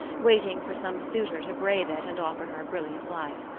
waiting for some suitor to brave it and offer her a brilliant life.